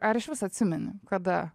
ar išvis atsimeni kada